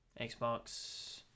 Xbox